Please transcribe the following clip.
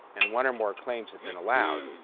and one or more claims have been allowed,